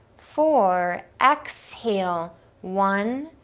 four. exhale one,